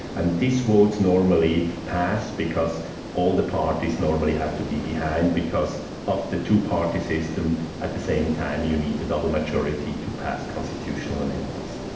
and these votes normally pass because all the parties normally have to be behind, because of the two party system at the same time, you need the double maturity to pass constitutional amendments.